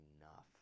enough